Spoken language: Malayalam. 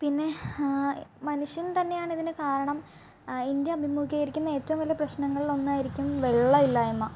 പിന്നെ മനുഷ്യൻ തന്നെ ആണ് ഇതിനു കാരണം ഇന്ത്യ അഭിമുഘീകരിക്കുന്ന ഏറ്റവും വലിയ പ്രശ്നങ്ങളിലൊന്നായിരിക്കും വെള്ളം ഇല്ലായ്മ